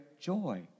joy